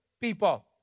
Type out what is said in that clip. people